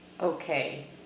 Okay